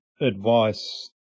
advice